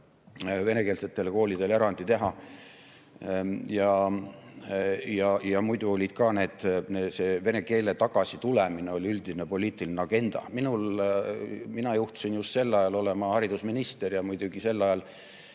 venekeelsetele koolidele erandi teha. Ja muidu oli ka see vene keele tagasitulemine üldine poliitiline agenda. Mina juhtusin just sel ajal olema haridusminister ja muidugi sel ajal